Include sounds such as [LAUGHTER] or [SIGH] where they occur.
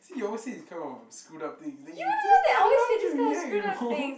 see you always say this kind of screwed up things then you [NOISE] I don't know how to react you know [BREATH]